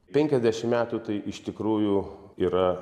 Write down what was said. penkiasdešim metų tai iš tikrųjų yra